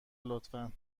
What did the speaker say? لطفا